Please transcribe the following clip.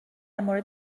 مورد